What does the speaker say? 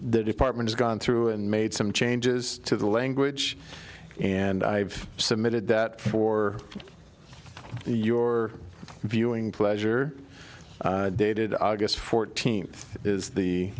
the department has gone through and made some changes to the language and i have submitted that for your viewing pleasure dated august fourteenth is the